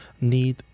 need